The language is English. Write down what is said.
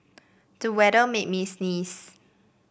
the weather made me sneeze